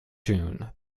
tune